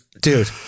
dude